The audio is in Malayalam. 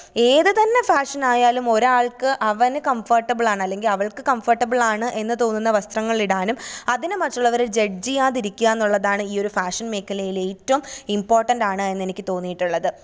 ഏത് തന്നെ ഫാഷനായാലും ഒരാൾക്ക് അവന് കംഫർട്ടബിളാണ് അല്ലെങ്കിൽ അവൾക്ക് കംഫർട്ടബിളാണ് എന്ന് തോന്നുന്ന വസ്ത്രങ്ങളിടാനും അതിന് മറ്റുള്ളവരെ ജഡ്ജ് ചെയ്യാതിരിക്കുക എന്നുള്ളതാണ് ഈ ഒര് ഫാഷൻ മേഖലയിലെ ഏറ്റവും ഇമ്പോട്ടൻറ്റാണ് എന്നെനിക്ക് തോന്നിയിട്ടുള്ളത്